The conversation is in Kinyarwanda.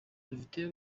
dufite